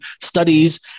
studies